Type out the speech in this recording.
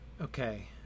Okay